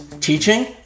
teaching